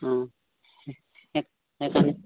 অঁ সেইকাৰণে